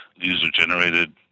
user-generated